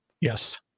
Yes